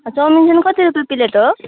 chowmein चाहिँ कति रुपियाँ प्लेट हो